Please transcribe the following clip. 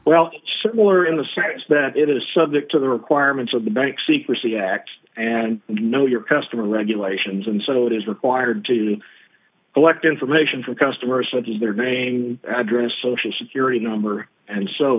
well similar in the sense that it is subject to the requirements of the bank secrecy act and know your customer regulations and so it is required to collect information from customers such as their name address social security number and so